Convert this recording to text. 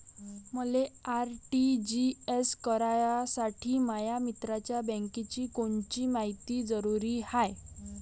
मले आर.टी.जी.एस करासाठी माया मित्राच्या बँकेची कोनची मायती जरुरी हाय?